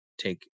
take